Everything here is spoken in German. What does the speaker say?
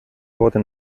wurde